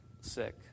sick